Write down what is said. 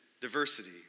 diversity